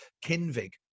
Kinvig